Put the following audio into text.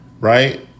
right